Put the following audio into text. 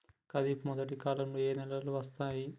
ఖరీఫ్ మొదటి కాలంలో ఏ నెలలు వస్తాయి?